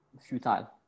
futile